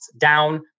down